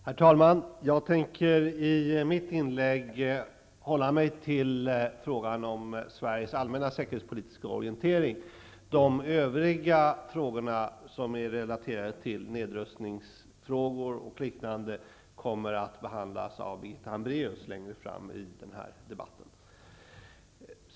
Herr talman! Jag tänker i mitt inlägg hålla mig till frågan om Sveriges allmänna säkerhetspolitiska orientering. Övriga frågor relaterade till nedrustning och liknande kommer att behandlas av Birgitta Hambraeus längre fram i debatten.